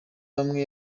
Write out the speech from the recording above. bamwe